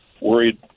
worried